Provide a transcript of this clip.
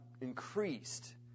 increased